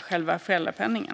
själva föräldrapenningen.